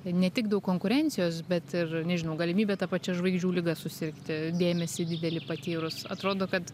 ne tik daug konkurencijos bet ir nežinau galimybė ta pačia žvaigždžių liga susirgti dėmesį didelį patyrus atrodo kad